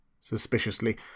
Suspiciously